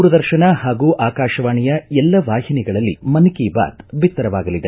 ದೂರದರ್ಶನ ಹಾಗೂ ಆಕಾಶವಾಣೆಯ ಎಲ್ಲ ವಾಹಿನಿಗಳಲ್ಲಿ ಮನ್ ಕಿ ಬಾತ್ ಬಿತ್ತರವಾಗಲಿದೆ